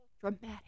dramatic